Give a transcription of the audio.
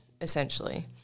essentially